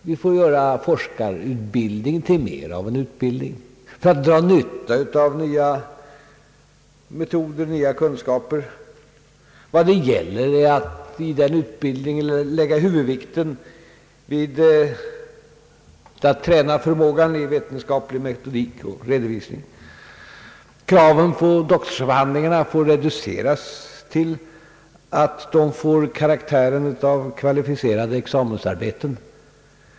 Vi måste göra forskarutbildningen till en del av en utbildning för att dra nytta av nya metoder och nya kunskaper. Vad det gäller är att i den utbildningen lägga huvudvikten vid att träna förmågan i vetenskaplig metodik och redovisning. Kraven på doktorsavhandlingarna får reduceras så att de närmast får karaktären av kvalificerade examensarbeten.